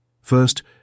First